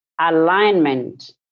alignment